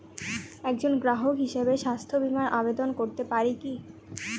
একজন গ্রাহক হিসাবে স্বাস্থ্য বিমার আবেদন করতে পারি কি?